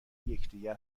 یکدیگر